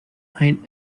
ein